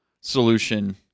solution